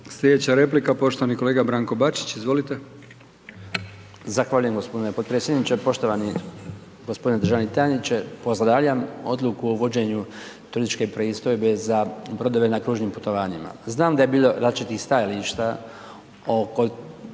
Sljedeća replika poštovani kolega Branko Bačić, izvolite.